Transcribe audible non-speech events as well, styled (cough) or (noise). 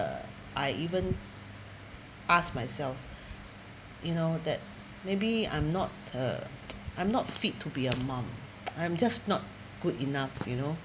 I even asked myself you know that maybe I'm not a (noise) I'm not fit to be a mom (noise) I'm just not good enough you know